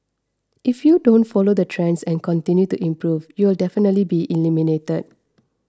if you don't follow the trends and continue to improve you'll definitely be eliminated